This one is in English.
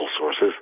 sources